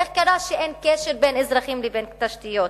איך קרה שאין קשר בין אזרחים לבין תשתיות?